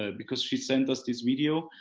ah because she sent us this video.